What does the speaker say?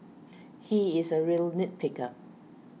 he is a real nit picker